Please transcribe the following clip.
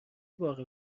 باغ